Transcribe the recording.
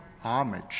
homage